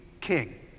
king